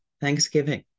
Thanksgiving